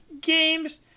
games